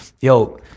yo